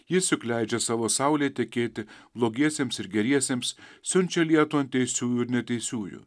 jis juk leidžia savo saulei tekėti blogiesiems ir geriesiems siunčia lietų ant teisiųjų ir neteisiųjų